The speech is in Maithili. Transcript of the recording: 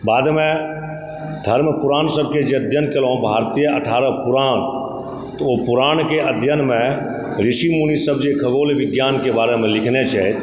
बादमे धर्म पुराण सबकेँ जे अध्ययन केलहुँ भारतीय अठारह पुराण तऽ ओ पुराणके अध्ययनमे ऋषि मुनि सब जे खगोल विज्ञानके बारेमे लिखने छथि